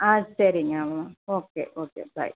ஆ சரிங்க okay okay பாய்